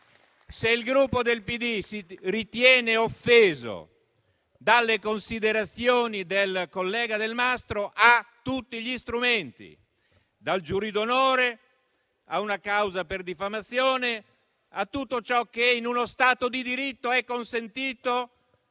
se il Gruppo PD si ritiene offeso dalle considerazioni del collega Delmastro Delle Vedove, ha tutti gli strumenti, dal giurì d'onore a una causa per diffamazione e a tutto ciò che in uno Stato di diritto è consentito,